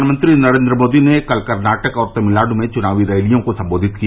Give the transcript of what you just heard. प्रधानमंत्री नरेंद्र मोदी ने कल कर्नाटक और तमिलनाडु में चुनावी रैलियों को संबोधित किया